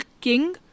King